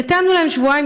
נתנו להם שבועיים.